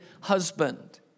husband